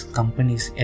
companies